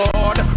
Lord